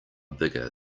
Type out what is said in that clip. bigger